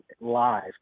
live